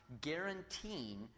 guaranteeing